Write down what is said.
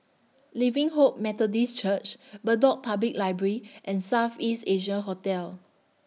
Living Hope Methodist Church Bedok Public Library and South East Asia Hotel